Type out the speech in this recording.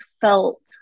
felt